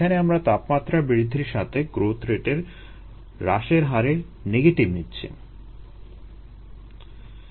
এখানে আমরা তাপমাত্রা বৃদ্ধির সাথে গ্রোথ রেট হ্রাসের হারের নেগেটিভ নিচ্ছি